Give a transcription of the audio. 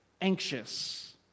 anxious